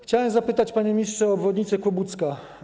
Chciałem zapytać, panie ministrze, o obwodnicę Kłobucka.